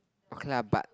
oaky lah but